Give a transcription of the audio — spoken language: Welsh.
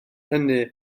hynny